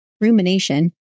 Rumination